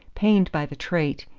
pained by the trait,